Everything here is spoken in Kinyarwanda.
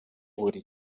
buri